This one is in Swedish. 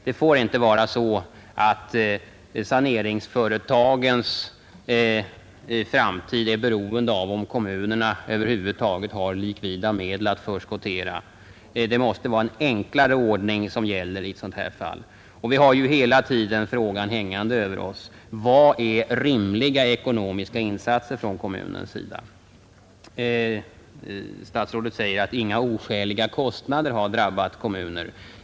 Det får inte vara så att saneringsföretagen är beroende av om kommunerna över huvud taget har likvida medel att förskottera. Man måste ha en enklare ordning i sådana här fall. Vi har också hela tiden frågan hängande över oss: Vad är rimliga ekonomiska insatser från kommunens sida? Statsrådet säger att inga oskäliga kostnader har drabbat kommuner.